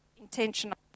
intentional